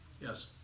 Yes